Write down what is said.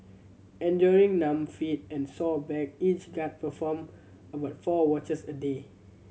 enduring numb feet and sore back each guard performed about four watches a day